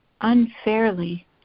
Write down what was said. unfairly